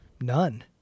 None